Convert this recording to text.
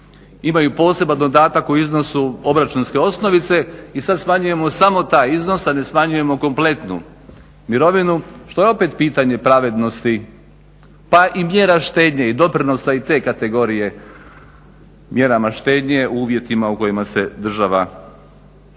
imaju poseban dodatak u iznosu obračunske osnovice i sad smanjujemo samo taj iznos, sad ne smanjujemo kompletnu mirovinu, što je opet pitanje pravednosti pa i mjera štednje i doprinosa i te kategorije mjerama štednje u uvjetima u kojima se država danas